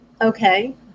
Okay